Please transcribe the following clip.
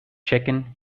chicken